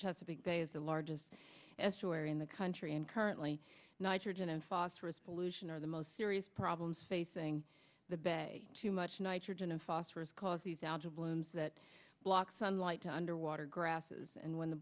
chesapeake bay is the largest estuary in the country and currently nitrogen and phosphorus pollution are the most serious problems facing the bay too much nitrogen and phosphorus cause these out of limbs that block sunlight to underwater grasses and when the